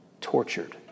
tortured